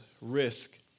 risk